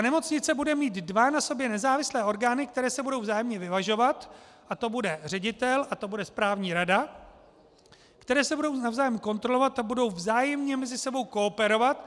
Nemocnice bude mít dva na sobě nezávislé orgány, které se budou vzájemně vyvažovat bude to ředitel a bude to správní rada , které se budou navzájem kontrolovat a budou vzájemně mezi sebou kooperovat.